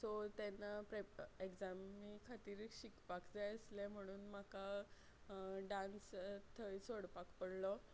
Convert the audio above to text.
so तेन्ना prep एग्जामी खातीर शिकपाक जाय आसलें म्हुणून म्हाका डान्स थंय सोडपाक पडलो